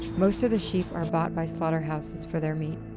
most of the sheep are bought by slaughterhouses for their meat.